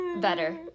better